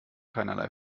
keinerlei